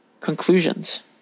Conclusions